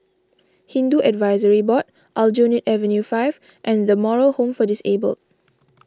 Hindu Advisory Board Aljunied Avenue five and the Moral Home for Disabled